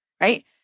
right